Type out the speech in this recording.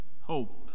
hope